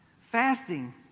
Fasting